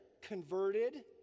converted